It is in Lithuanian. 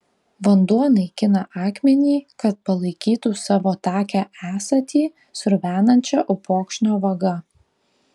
vanduo naikina akmenį kad palaikytų savo takią esatį sruvenančią upokšnio vaga